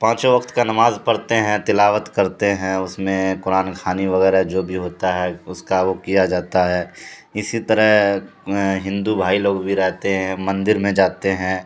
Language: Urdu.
پانچوں وقت کا نماز پڑھتے ہیں تلاوت کرتے ہیں اس میں قرآن خوانی وغیرہ جو بھی ہوتا ہے اس کا وہ کیا جاتا ہے اسی طرح ہندو بھائی لوگ بھی رہتے ہیں مندر میں جاتے ہیں